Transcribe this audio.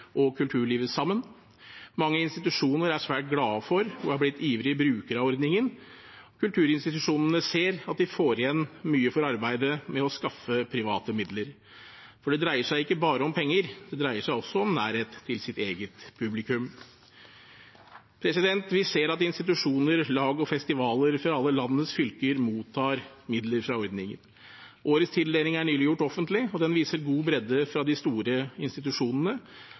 og kulturlivet sammen. Mange institusjoner er svært glade for og er blitt ivrige brukere av ordningen. Kulturinstitusjonene ser at de får mye igjen for arbeidet med å skaffe private midler. For det dreier seg ikke bare om penger, det dreier seg også om nærhet til sitt eget publikum. Vi ser at institusjoner, lag og festivaler fra alle landets fylker mottar midler fra ordningen. Årets tildeling er nylig gjort offentlig, og den viser god bredde: fra de store institusjonene